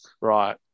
Right